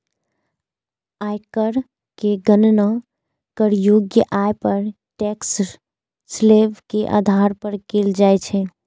आयकर के गणना करयोग्य आय पर टैक्स स्लेब के आधार पर कैल जाइ छै